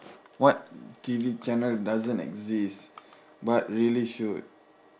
what T_V channel doesn't exist but really should